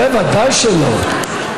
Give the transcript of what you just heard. זה בוודאי שלא.